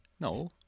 No